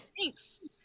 thanks